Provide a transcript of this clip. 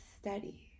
steady